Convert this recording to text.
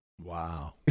wow